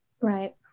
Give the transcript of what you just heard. Right